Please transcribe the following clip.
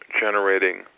generating